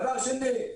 דבר שני,